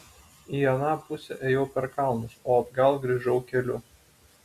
į aną pusę ėjau per kalnus o atgal grįžau keliu